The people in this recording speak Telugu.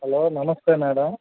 హలో నమస్తే మేడమ్